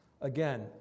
again